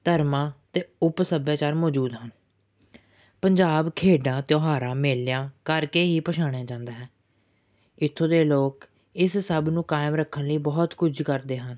ਧਰਮਾਂ ਅਤੇ ਉੱਪ ਸੱਭਿਆਚਾਰ ਮੌਜੂਦ ਹਨ ਪੰਜਾਬ ਖੇਡਾਂ ਤਿਉਹਾਰਾਂ ਮੇਲਿਆਂ ਕਰਕੇ ਹੀ ਪਛਾਣਿਆ ਜਾਂਦਾ ਹੈ ਇੱਥੋਂ ਦੇ ਲੋਕ ਇਸ ਸਭ ਨੂੰ ਕਾਇਮ ਰੱਖਣ ਲਈ ਬਹੁਤ ਕੁਝ ਕਰਦੇ ਹਨ